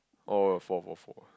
oh four four four